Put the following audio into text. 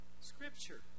Scripture